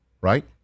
right